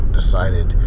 decided